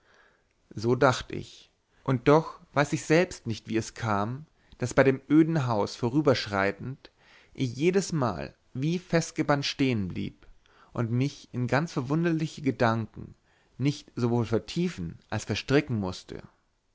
so dacht ich und doch weiß ich selbst nicht wie es kam daß bei dem öden hause vorüberschreitend ich jedesmal wie festgebannt stehen bleiben und mich in ganz verwunderliche gedanken nicht sowohl vertiefen als verstricken mußte